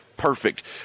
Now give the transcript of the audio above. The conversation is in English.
perfect